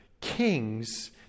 Kings